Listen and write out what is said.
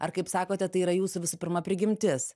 ar kaip sakote tai yra jūsų visų pirma prigimtis